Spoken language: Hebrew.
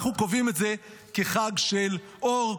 אנחנו קובעים את זה כחג של אור,